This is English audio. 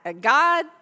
God